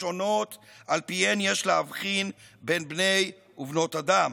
שונות שעל פיהן יש להבחין בין בני ובנות אדם.